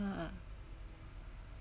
ah